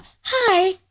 hi